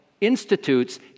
institutes